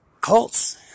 cults